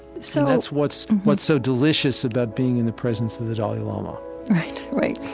so that's what's what's so delicious about being in the presence of the dalai lama right,